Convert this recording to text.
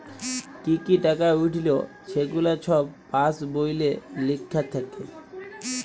কি কি টাকা উইঠল ছেগুলা ছব পাস্ বইলে লিখ্যা থ্যাকে